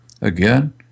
again